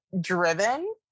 Driven